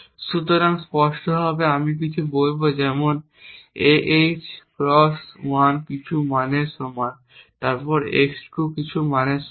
সুতরাং স্পষ্টভাবে আমি কিছু বলব যেমন ah x 1 কিছু মানের সমান তারপর x 2 কিছু মানের সমান